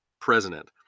president